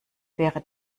wäre